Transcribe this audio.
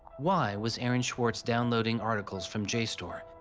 why was aaron swartz downloading articles from jstor?